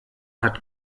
hat